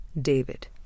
David